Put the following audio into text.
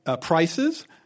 prices